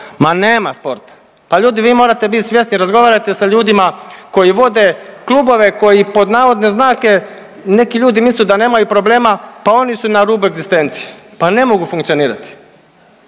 ma nema sporta. Pa ljudi vi morate biti svjesni razgovarate sa ljudima koji vode klubove koji pod navodne znake, neki ljudi mislu da nemaju problema, pa oni su na rubu egzistencije, pa ne mogu funkcionirati.